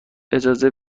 اجازه